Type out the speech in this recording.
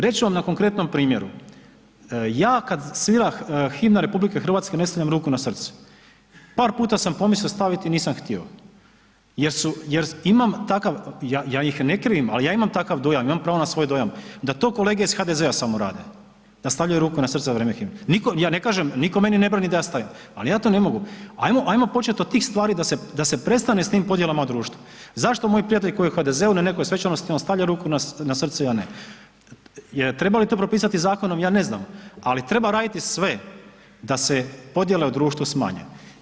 Reći ću vam na konkretnom primjeru, ja kad svira himna RH ne stavljam ruku na srce, par puta sam pomislio staviti i nisam htio jer su, imam takav, ja, ja ih ne krivim, ali ja imam takav dojam, imam pravo na svoj dojam, da to kolege iz HDZ-a samo rade, da stavljaju ruku na srce za vrijeme himne, nitko, ja ne kažem, nitko meni ne brani da ja stavim, ali ja to ne mogu, ajmo, ajmo počet od tih stvari da se, da se prestane s tim podjelama u društvu, zašto moji prijatelj koji je u HDZ-u na nekoj svečanosti on stavlja ruku na srce, ja ne, jel treba li to propisati zakonom ja ne znam, ali treba raditi sve da se podjele u društvu smanje.